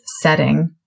setting